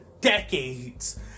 decades